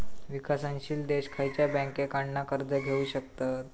विकसनशील देश खयच्या बँकेंकडना कर्ज घेउ शकतत?